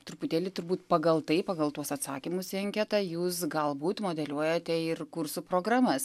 truputėlį turbūt pagal tai pagal tuos atsakymus į anketą jūs galbūt modeliuojate ir kursų programas